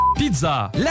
Pizza